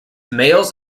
males